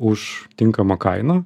už tinkamą kainą